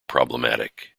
problematic